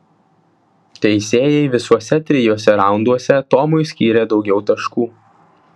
teisėjai visuose trijuose raunduose tomui skyrė daugiau taškų